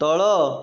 ତଳ